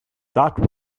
that